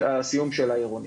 הסיום של העירוני.